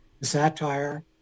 satire